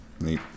Neat